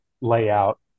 layout